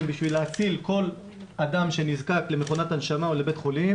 בשביל להציל כל אדם שנזקק למכונת הנשמה או לבית חולים,